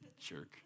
Jerk